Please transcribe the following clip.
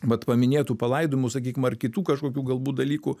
vat paminėtų palaidojimų sakykim ar kitų kažkokių galbūt dalykų